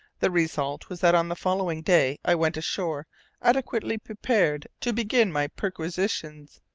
the result was that on the following day i went ashore adequately prepared to begin my perquisitions.